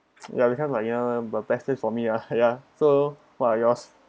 ya become like you know the best day for me ah ya so what are yours